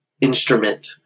instrument